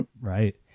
Right